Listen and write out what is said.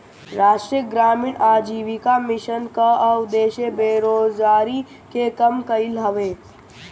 राष्ट्रीय ग्रामीण आजीविका मिशन कअ उद्देश्य बेरोजारी के कम कईल हवे